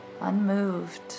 unmoved